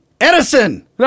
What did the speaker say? Edison